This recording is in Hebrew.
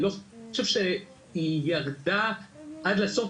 אני חושב שהיא ירדה עד לסוף,